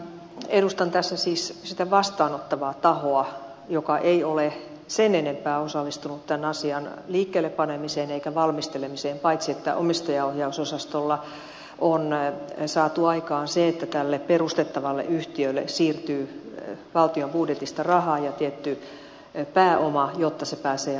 edustan tässä siis sitä vastaanottavaa tahoa joka ei ole sen enempää osallistunut tämän asian liikkeellepanemiseen eikä valmistelemiseen paitsi että omistajaohjausosastolla on saatu aikaan se että tälle perustettavalle yhtiölle siirtyy valtion budjetista rahaa ja tietty pääoma jotta se pääsee alkuun